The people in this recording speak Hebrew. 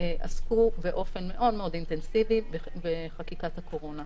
עסקו באופן מאוד מאוד אינטנסיבי בחקיקת הקורונה.